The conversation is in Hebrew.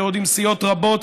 ועוד עם סיעות רבות,